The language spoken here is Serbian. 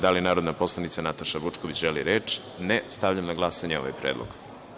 Da li narodna poslanica Nataša Vučković želi reč? (Ne.) Stavljam na glasanje ovaj Predlog.